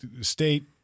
state